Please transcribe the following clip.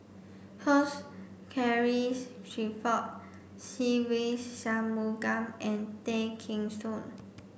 Hugh Charles Clifford Se Ve Shanmugam and Tay Kheng Soon